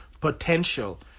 potential